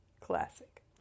classic